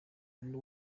undi